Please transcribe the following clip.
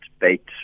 Bait